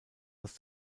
das